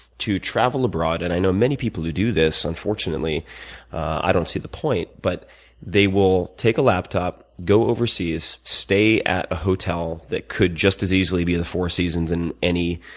to travel abroad and i know many people who do this unfortunately i don't see the point but they will take a laptop, go overseas, stay at a hotel that could just as easily be the four seasons in any